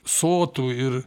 sotų ir